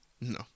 No